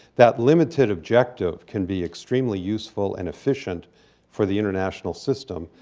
that limited objective can be extremely useful and efficient for the international system.